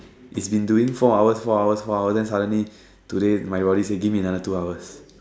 it's been doing four hours four hours four hours then suddenly today my body say give me another two hours